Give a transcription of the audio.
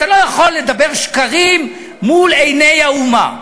אתה לא יכול לדבר שקרים מול עיני האומה.